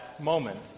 moment